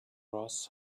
رآس